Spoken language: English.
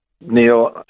Neil